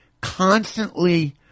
constantly